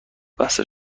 بسته